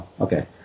okay